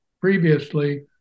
previously